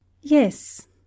Yes